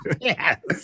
Yes